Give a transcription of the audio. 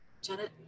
Janet